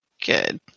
Good